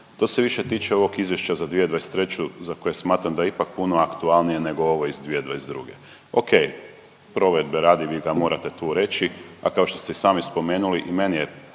To se više tiče ovog izvješća za 2023., za koje smatram da je ipak puno aktualnije nego ovo iz 2022. Ok, provedbe radi vi ga morate tu reći, a kao što ste i sami spomenuli i meni je